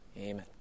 Amen